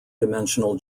dimensional